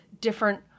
different